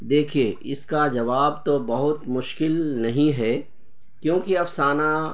دیکھیے اس کا جواب تو بہت مشکل نہیں ہے کیوں کہ افسانہ